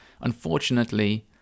unfortunately